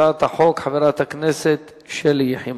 הצעת החוק תועבר להמשך להכנתה לקריאה שנייה ושלישית